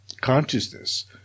consciousness